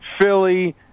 Philly